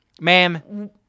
Ma'am